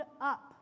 up